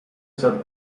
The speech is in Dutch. zat